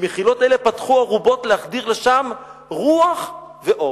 במחילות אלו פתחו ארובות, להחדיר לשם רוח ואור".